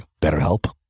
BetterHelp